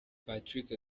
patrick